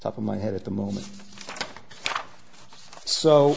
top of my head at the moment so